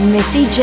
Missy